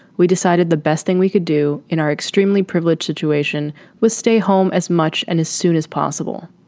we decided the best thing we could do in our extremely privileged situation was stay home as much and as soon as possible.